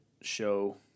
show